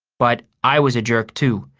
but i was a jerk too.